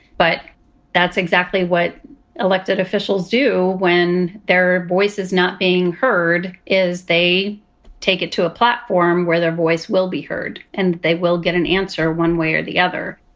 but that's exactly what elected officials do when their voices not being heard is they take it to a platform where their voice will be heard and they will get an answer one way or the other